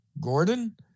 Gordon